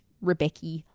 Rebecca